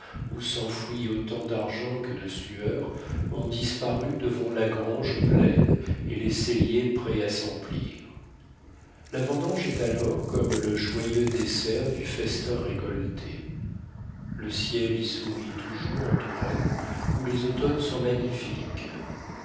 où s'enfouit autant d'argent que de sueurs ont disparu devant la grange pleine et les celliers prêts à s'emplir la vendange est alors comme le joyeux dessert du festin récolté le ciel y sourit toujours en touraine où les automnes sont magnifiques